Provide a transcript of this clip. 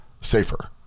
safer